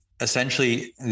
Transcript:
essentially